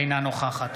אינה נוכחת